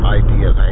ideas